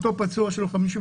אותו פצוע יש לו 50%,